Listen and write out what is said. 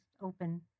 open